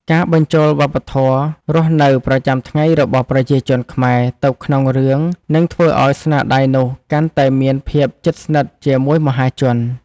ការបញ្ចូលវប្បធម៌រស់នៅប្រចាំថ្ងៃរបស់ប្រជាជនខ្មែរទៅក្នុងរឿងនឹងធ្វើឱ្យស្នាដៃនោះកាន់តែមានភាពជិតស្និទ្ធជាមួយមហាជន។